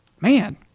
Man